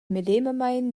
medemamein